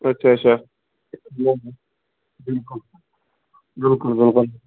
اچھا اچھا جناب بِلکُل بِلکُل بِلکُل